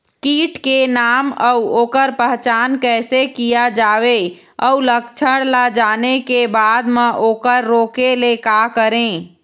कीट के नाम अउ ओकर पहचान कैसे किया जावे अउ लक्षण ला जाने के बाद मा ओकर रोके ले का करें?